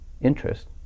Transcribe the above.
interest